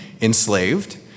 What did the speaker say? enslaved